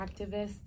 activists